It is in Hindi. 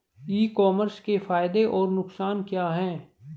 ई कॉमर्स के फायदे और नुकसान क्या हैं?